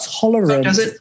tolerance